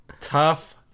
tough